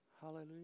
Hallelujah